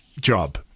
job